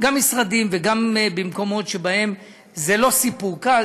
גם משרדים וגם במקומות שבהם זה לא סיפור קל,